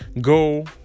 go